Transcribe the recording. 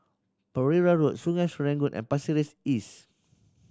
Pereira Road Sungei Serangoon and Pasir Ris East